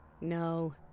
No